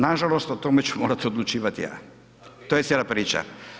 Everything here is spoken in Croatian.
Nažalost o tome ću morati odlučivati ja, to je cijela priča.